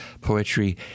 poetry